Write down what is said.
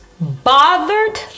bothered